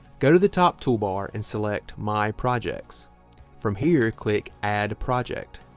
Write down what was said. go to the top toolbar and select my projects from here click add a project